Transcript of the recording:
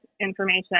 information